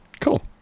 Cool